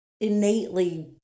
Innately